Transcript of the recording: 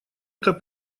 это